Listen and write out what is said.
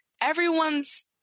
everyone's